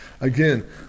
Again